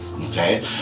Okay